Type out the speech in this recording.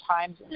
times